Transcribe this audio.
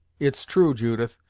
it's true, judith,